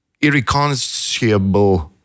irreconcilable